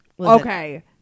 okay